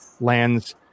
lands